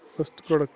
first product